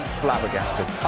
flabbergasted